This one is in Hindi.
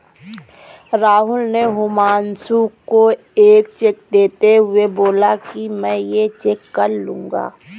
राहुल ने हुमांशु को एक चेक देते हुए बोला कि मैं ये चेक कल लूँगा